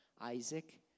Isaac